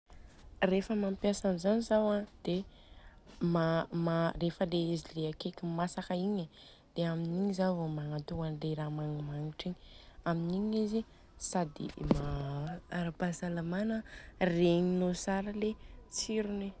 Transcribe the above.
Rehefa mampiasa an'izany zao an dia ma- ma- rehefa izy akeky masaka igny, amin'igny zaho vô magnatô an'ilay raha magnimagnitra igny. Amin'igny izy ara-pahasalamana regninô tsara le tsirony.